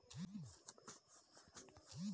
Smart card म सुवास्थ बीमा रथे की नई रहे?